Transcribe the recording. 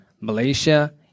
Malaysia